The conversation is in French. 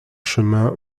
chemin